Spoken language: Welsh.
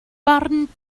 barn